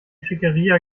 schickeria